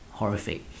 horrific